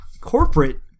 corporate